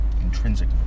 intrinsic